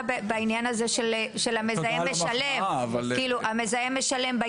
אני מהחשב הכללי.